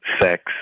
sex